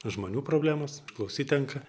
žmonių problemos klausyt tenka